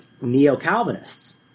neo-Calvinists